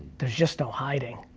there's just no hiding,